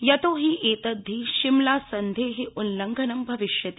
यतोऽहि एतद्वि शिमला सन्धे उल्लंघनं भविष्यति